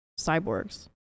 cyborgs